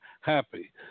happy